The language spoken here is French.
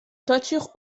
toiture